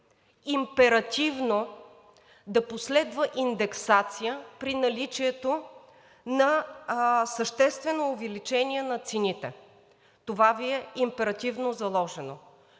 императивно да последва индексация при наличието на съществено увеличение на цените. Това Ви е императивно заложено.